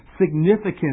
significant